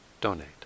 donate